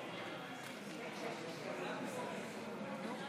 גברתי היושבת-ראש, כנסת נכבדה,